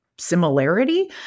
similarity